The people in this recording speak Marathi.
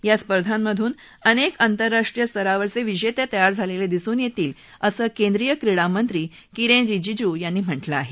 या स्पर्धामधून अनेक आंतरराष्ट्रीय स्तरावरचे विजेते तयार झालेले दिसून येतील असं केंद्रीय क्रीडा मंत्री किरेन रिजीजू यांनी म्हटलं आहे